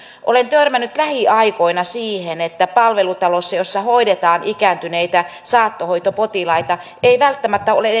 olen törmännyt lähiaikoina siihen että palvelutalossa jossa hoidetaan ikääntyneitä saattohoitopotilaita ei välttämättä ole